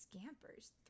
scampers